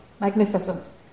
magnificence